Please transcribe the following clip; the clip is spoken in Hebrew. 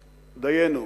דיינו.